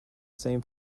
same